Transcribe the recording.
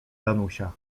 danusia